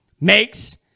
makes